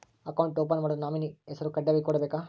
Account open ಮಾಡಲು nominee ಹೆಸರು ಕಡ್ಡಾಯವಾಗಿ ಕೊಡಬೇಕಾ?